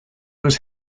was